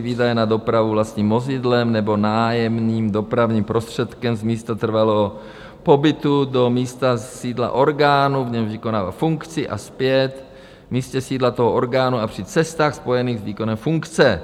Výdaje na dopravu vlastním vozidlem nebo nájemným dopravním prostředkem z místa trvalého pobytu do místa sídla orgánu, v němž vykonává funkci, a zpět, v místě sídla toho orgánu a při cestách spojených s výkonem funkce.